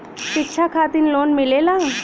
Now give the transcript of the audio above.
शिक्षा खातिन लोन मिलेला?